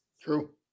True